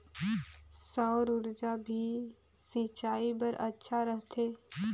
सौर ऊर्जा भी सिंचाई बर अच्छा रहथे?